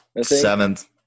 seventh